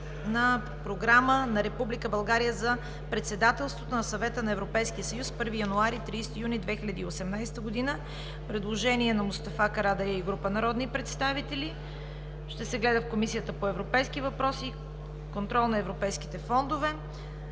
Предложение на Мустафа Карадайъ и група народни представители. Ще се гледа в Комисията по европейските въпроси и контрол на европейските фондове;